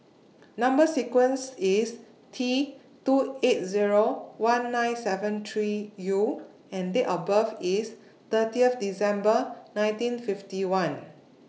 Number sequence IS T two eight Zero one nine seven three U and Date of birth IS thirtieth December nineteen fifty one